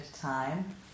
time